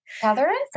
Catherine